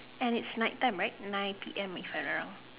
and it's nighttime right nine P_M if I'm not wrong